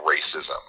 racism